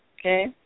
Okay